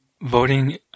voting